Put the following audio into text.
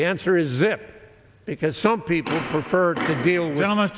answer is it because some people prefer to deal with hon